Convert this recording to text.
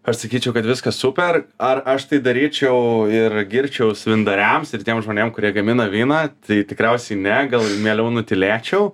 aš sakyčiau kad viskas super ar aš tai daryčiau ir girčiausi vyndariams ir tiem žmonėm kurie gamina vyną tai tikriausiai ne gal mieliau nutylėčiau